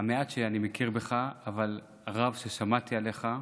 מהמעט שאני מכיר בך אבל מהרב ששמעתי עליך,